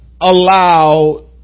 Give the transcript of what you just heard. allow